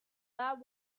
bad